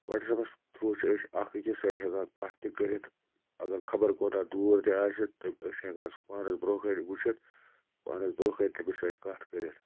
وٹسیپَس through چھِ أسۍ اَکھ أکِس سۭتۍ ہٮ۪کان کَتھ تہِ کٔرِتھ اگر خبر کوٗتاہ دوٗر تہِ آسہِ تہٕ أسۍ چھِ ہٮ۪کان سُہ پانَس بروںٛہہ کَنہِ وٕچھِتھ پانَس بروںٛہہ کَنہِ تٔمِس سۭتۍ کَتھ کٔرِتھ